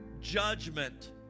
judgment